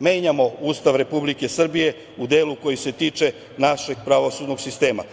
menjamo Ustav Republike Srbije u delu koji se tiče našeg pravosudnog sistema.